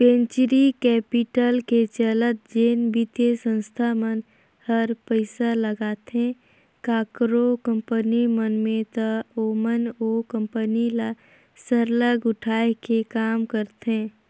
venture capital के चलत जेन बित्तीय संस्था मन हर पइसा लगाथे काकरो कंपनी मन में ता ओमन ओ कंपनी ल सरलग उठाए के काम करथे